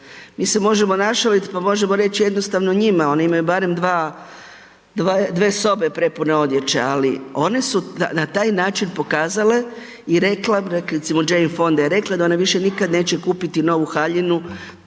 Mi se možemo našaliti pa možemo reći jednostavno njima, one imaju barem dva, dve sobe prepune odjeće, ali one su na taj način pokazale i rekle, recimo Jane Fonda je rekla da ona više nikad neće kupiti novu haljinu